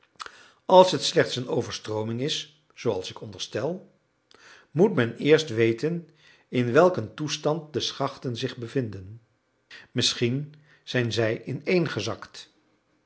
als het slechts een overstrooming is zooals ik onderstel moet men eerst weten in welk een toestand de schachten zich bevinden misschien zijn zij ineengezakt